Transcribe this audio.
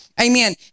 Amen